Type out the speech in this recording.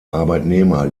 arbeitnehmer